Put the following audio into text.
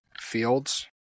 Fields